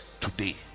today